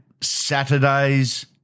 Saturdays